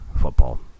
football